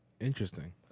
Interesting